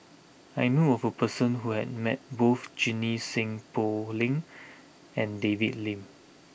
I knew a who person who has met both Junie Sng Poh Leng and David Lim